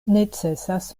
necesas